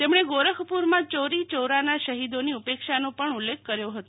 તેમણે ગોરખપુરમાં ચૌરીચૌરાના શહીદોની ઉપેક્ષાનો પણ ઉલ્લેખ કર્યો હતો